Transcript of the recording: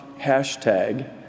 hashtag